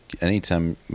anytime